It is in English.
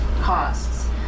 costs